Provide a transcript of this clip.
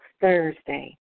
Thursday